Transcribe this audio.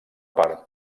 part